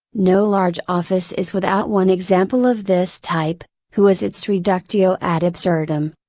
no large office is without one example of this type, who is its reductio ad absurdum.